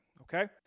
Okay